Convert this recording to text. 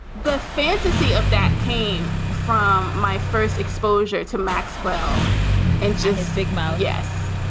the fantasy of that came from my first exposure to maxwell and jenny's big mouth yes.